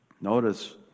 Notice